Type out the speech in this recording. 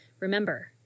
Remember